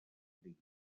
fadrí